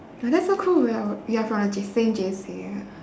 but that's so cool we're we are from the J same J_C